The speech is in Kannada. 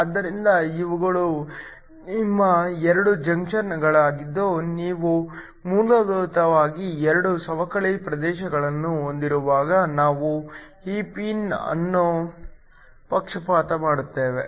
ಆದ್ದರಿಂದ ಇವುಗಳು ನಿಮ್ಮ 2 ಜಂಕ್ಷನ್ ಗಳಾಗಿದ್ದು ನೀವು ಮೂಲಭೂತವಾಗಿ 2 ಸವಕಳಿ ಪ್ರದೇಶಗಳನ್ನು ಹೊಂದಿರುವಾಗ ನಾವು ಈ ಪಿನ್ ಅನ್ನು ಪಕ್ಷಪಾತ ಮಾಡುತ್ತೇವೆ